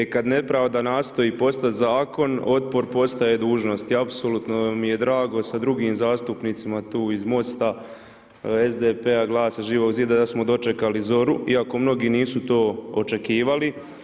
I kad nepravda nastoji postat zakon otpor postaje dužnost i apsolutno mi je drago sa drugim zastupnicima tu iz MOST-a, SDP-a, GLAS-a, Živog zida da smo dočekali zoru iako mnogi nisu to očekivali.